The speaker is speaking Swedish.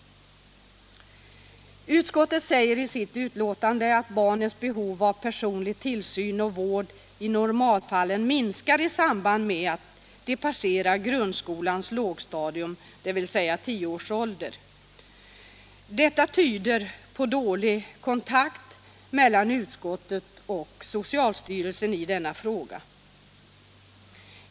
Utskottet säger i sitt betänkande att barnens behov av personlig tillsyn och vård i normalfallen minskar i samband med att de passerar grundskolans lågstadium, dvs. vid tio års ålder. Detta tyder på dålig kontakt mellan utskottet och socialstyrelsen i denna fråga.